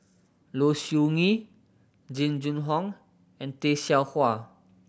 Low Siew Nghee Jing Jun Hong and Tay Seow Huah